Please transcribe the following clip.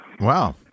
Wow